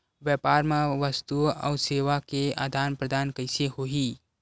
व्यापार मा वस्तुओ अउ सेवा के आदान प्रदान कइसे होही?